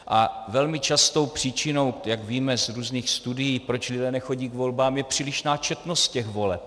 A velmi častou příčinou, jak víme z různých studií, proč lidé nechodí k volbám, je přílišná četnost těch voleb.